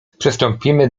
przystąpimy